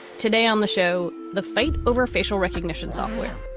today on the show. the fight over facial recognition software,